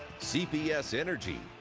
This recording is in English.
cps energy.